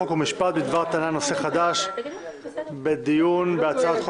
חוק ומשפט בדבר טענת נושא חדש בעת הדיון בהצעת חוק